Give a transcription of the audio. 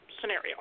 scenario